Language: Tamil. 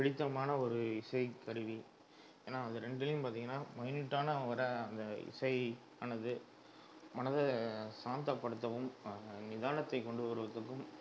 பிடித்தமான ஒரு இசைக்கருவி ஏனால் அது ரெண்டுலையும் பார்த்தீங்கன்னா மைனுட்டான வர்ற அந்த இசை ஆனது மனதை சாந்தப்படுத்தவும் நிதானத்தைக் கொண்டு வருவதற்கும்